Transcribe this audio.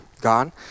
gone